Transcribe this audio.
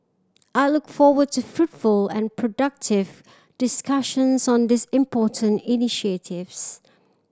I look forward to fruitful and productive discussions on these important initiatives